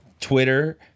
Twitter